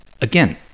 again